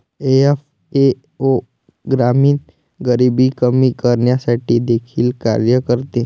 FAO ग्रामीण गरिबी कमी करण्यासाठी देखील कार्य करते